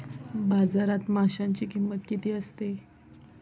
बाजारात माशांची किंमत किती असते?